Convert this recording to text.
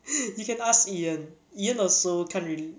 you can ask ian ian also can't really